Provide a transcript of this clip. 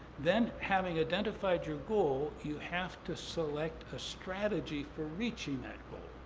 then having identified your goal, you have to select a strategy for reaching that goal.